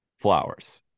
Flowers